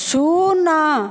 ଶୂନ